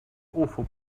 awful